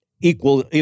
Equal